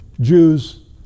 Jews